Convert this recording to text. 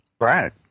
Right